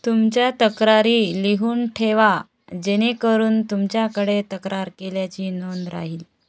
तुमच्या तक्रारी लिहून ठेवा जेणेकरून तुमच्याकडे तक्रार केल्याची नोंद राहील